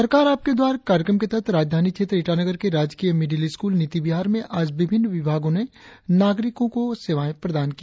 सरकार आपके द्वार कार्यक्रम के तहत राजधानी क्षेत्र ईटानगर के राजकीय मीडिल स्कूल नीतिविहार में आज विभिन्न विभागों ने नागरिको को सेवाएं प्रदान की